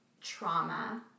trauma